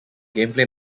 gameplay